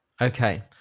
okay